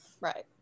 Right